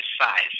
size